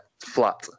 flat